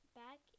back